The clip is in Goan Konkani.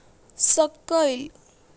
सकयल